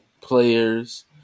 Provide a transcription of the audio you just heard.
players